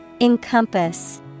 Encompass